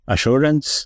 Assurance